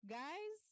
guys